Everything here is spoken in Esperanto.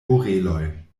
oreloj